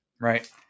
Right